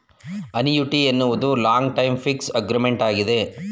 annuity ಎನ್ನುವುದು long time fix agreement ಆಗಿದೆ